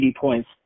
points